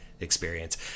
experience